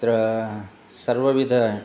तत्र सर्वविधः